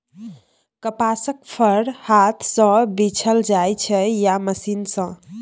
कपासक फर हाथ सँ बीछल जाइ छै या मशीन सँ